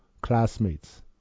classmates